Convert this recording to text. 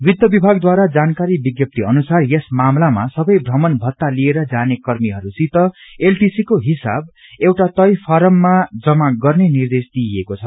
वित्त विभागद्वारा जारी विज्ञप्ती अनुसार यस मामलामा सबै भ्रमण भत्ता लिएर जाने कर्मीहरूसित एलटि दृसी को हिसाब एउटा तय फारमामा जमा गर्ने निर्देश दिइएको छ